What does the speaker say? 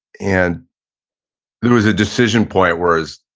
and there was a decision point where i was,